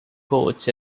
coach